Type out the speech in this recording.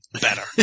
better